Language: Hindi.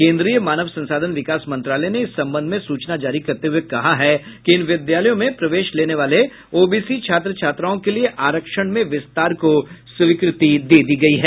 केन्द्रीय मानव संसाधन विकास मंत्रालय ने इस संबंध में सूचना जारी करते हुए कहा है कि इन विद्यालयों में प्रवेश लेने वाले ओबीसी छात्र छात्राओं के लिये आरक्षण में विस्तार को स्वीकृति दे दी गयी है